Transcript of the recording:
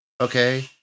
Okay